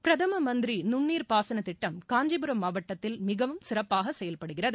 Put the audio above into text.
பிரதம மந்திரி நுண்ணீர் பாசனத் திட்டம் காஞ்சிபுரம் மாவட்டத்தில் மிகவும் சிறப்பாக செயல்படுகிறது